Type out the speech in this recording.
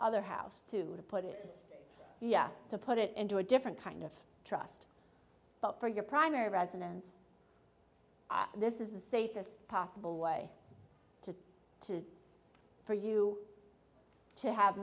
other house to put it to put it into a different kind of trust but for your primary residence this is the safest possible way to for you to have